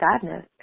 sadness